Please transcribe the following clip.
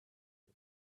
him